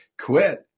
Quit